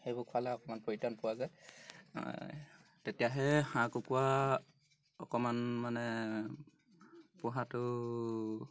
সেইবোৰ খোৱালে অকণমান পৰিত্ৰাণ পোৱা যায় তেতিয়াহে হাঁহ কুকুৰা অকণমান মানে পোহাটো